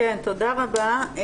תודה רבה.